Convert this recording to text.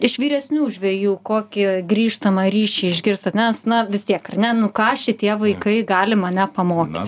iš vyresnių žvejų kokį grįžtamą ryšį išgirstat nes na vis tiek ar ne nu ką šitie vaikai gali mane pamokyt